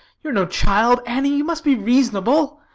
you are no child, annie, you must be reasonable.